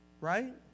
Right